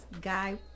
guy